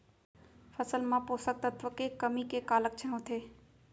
फसल मा पोसक तत्व के कमी के का लक्षण होथे?